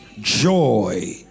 joy